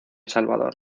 salvador